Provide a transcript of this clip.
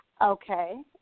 Okay